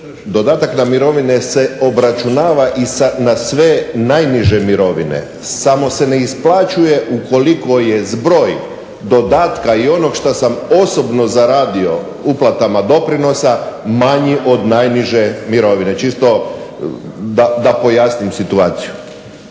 dodatak na mirovine se obračunava i na sve najniže mirovine, samo se ne isplaćuje ukoliko je zbroj dodatka i onog što sam posebno zaradio uplatama doprinosa manji od najniže mirovine. Čisto da pojasnim situaciju.